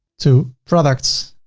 to products,